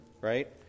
right